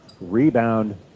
rebound